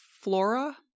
Flora